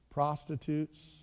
Prostitutes